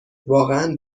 واقعا